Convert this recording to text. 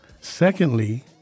Secondly